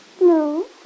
No